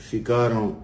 Ficaram